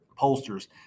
pollsters